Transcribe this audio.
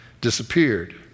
disappeared